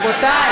בבקשה